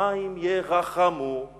השמים ירחמו";